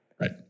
Right